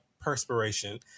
perspiration